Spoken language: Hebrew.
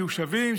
מיושבים,